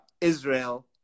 Israel